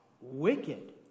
wicked